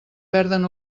perden